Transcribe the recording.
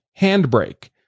Handbrake